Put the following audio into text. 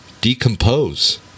decompose